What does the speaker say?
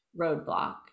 roadblock